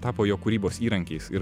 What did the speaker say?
tapo jo kūrybos įrankiais ir